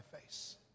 face